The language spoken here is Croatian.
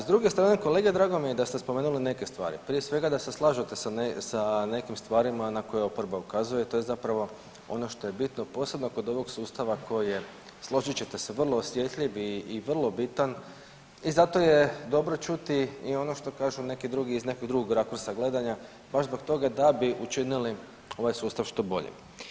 S druge strane kolega drago mi je da ste spomenuli neke stvari, prije svega da se slažete sa nekim stvarima na koje oporba ukazuje tj. zapravo ono što je bitno posebno kod ovog sustava koje složit ćete se vrlo osjetljiv i vrlo bitan i zato je dobro čuti i ono što kažu neki drugi iz nekog drugog rakursa gledanja, baš zbog toga da bi učinili ovaj sustav što boljim.